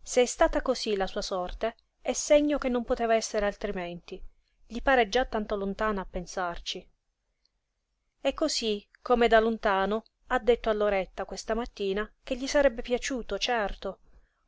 è stata cosí la sua sorte è segno che non poteva essere altrimenti gli pare già tanto lontana a pensarci e cosí come da lontano ha detto a loretta questa mattina che gli sarebbe piaciuto certo